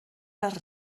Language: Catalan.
les